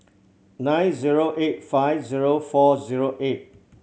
nine zero eight five zero four zero eight